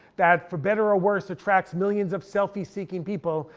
that for better or worse attracts millions of selfie seeking people,